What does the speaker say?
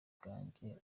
bwanjye